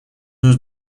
was